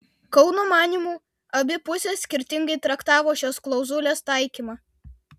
kauno manymu abi pusės skirtingai traktavo šios klauzulės taikymą